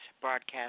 broadcast